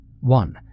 One